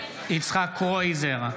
יצחק קרויזר,